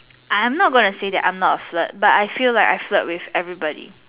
I'm not gonna say I'm not a flirt but I feel like I flirt with everybody